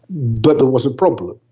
but there was a problem,